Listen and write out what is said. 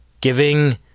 giving